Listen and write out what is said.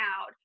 out